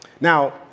Now